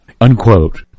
Unquote